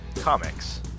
Comics